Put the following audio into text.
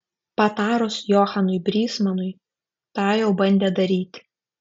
patarus johanui brysmanui tą jau bandė daryti